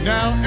Now